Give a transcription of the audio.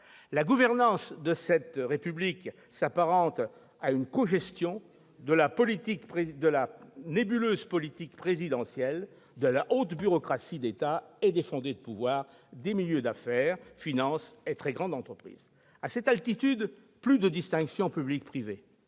La « gouvernance » de cette république s'apparente à une cogestion de la nébuleuse politique présidentielle, de la haute bureaucratie d'État et des fondés de pouvoir des milieux d'affaires- finance et très grandes entreprises. À cette altitude, plus de distinction public-privé.